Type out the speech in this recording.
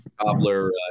cobbler